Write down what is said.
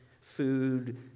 food